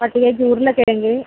பத்து கேஜி உருளைக்கிழங்கு